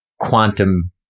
quantum